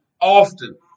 Often